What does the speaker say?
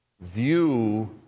view